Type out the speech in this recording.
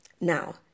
now